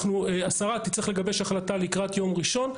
השרה תצטרך לגבש החלטה לקראת יום ראשון,